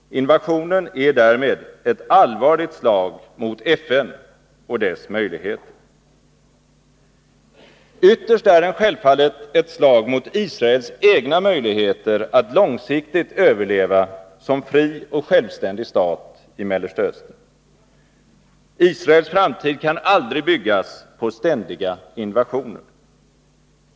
Invasionen är därmed ett allvarligt slag mot FN och dess möjligheter. Ytterst är den självfallet ett slag mot Israels egna möjligheter att långsiktigt överleva som fri och självständig stat i Mellersta Östern. Israels framtid kan aldrig byggas på ständiga invasioner.